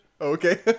Okay